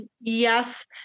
yes